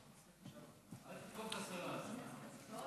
אל תתקוף את השרה עכשיו.